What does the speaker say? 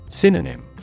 synonym